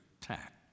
tact